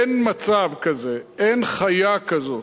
אין מצב כזה, אין חיה כזאת.